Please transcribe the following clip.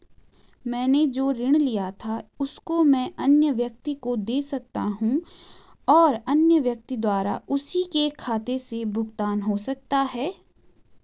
मैंने जो ऋण लिया था उसको मैं अन्य व्यक्ति को दें सकता हूँ और अन्य व्यक्ति द्वारा उसी के खाते से भुगतान हो सकता है?